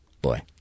boy